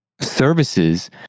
services